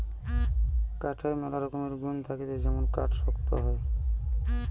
কাঠের ম্যালা রকমের গুন্ থাকতিছে যেমন কাঠ শক্ত হয়